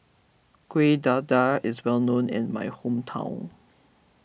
Kuih Dadar is well known in my hometown